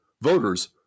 voters